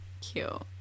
cute